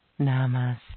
Namaste